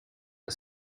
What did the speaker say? but